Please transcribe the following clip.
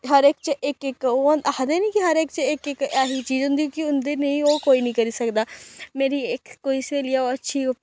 हर इक च इक इक ओह् हों आक्खदे निं के हर इक च इक इक ऐसी चीज होंदी कि उं'दे नेही होर कोई नेईं करी सकदा मेरी इक कोई स्हेली ऐ ओह् अच्छी ओह्